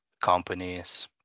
companies